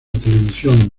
televisión